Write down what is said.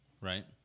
right